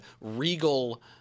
regal